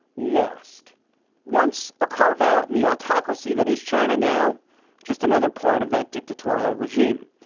lost once a carve out in the autocracy that is china now just another part of that dictatorial regime.